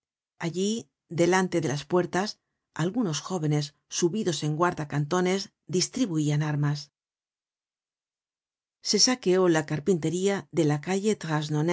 allí delante de las puertas algunos jóvenes subidos en guarda cantones distribuian armas se saqueó la carpintería de la calle